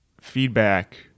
feedback